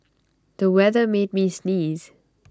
the weather made me sneeze